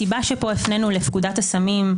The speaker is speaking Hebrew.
הסיבה שפה הפנינו לפקודת הסמים,